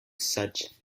such